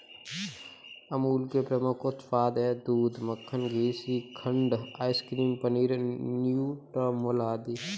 अमूल के प्रमुख उत्पाद हैं दूध, मक्खन, घी, श्रीखंड, आइसक्रीम, पनीर, न्यूट्रामुल आदि